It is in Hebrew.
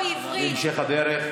אס'פר.